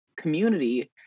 community